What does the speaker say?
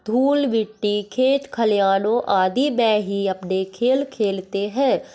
धूल मिट्टी खेत खलिहानों आदि में ही अपने खेल खेलते हैं